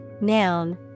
noun